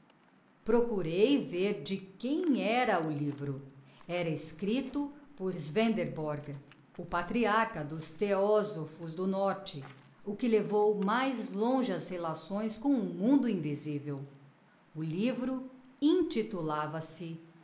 procurei vêr de quem era o livro era escripto por swedenborg o patriarcha dos theosophos do norte o que levou mais longe as relações com o mundo invisivel o livro intitulava-se